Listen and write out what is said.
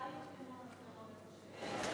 מתי יותקנו המצלמות איפה שאין?